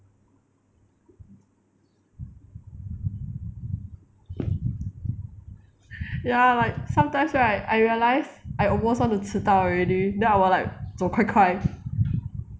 ya like sometimes right I realize I almost want to 迟到 already then I will like 走快快